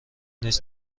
نیز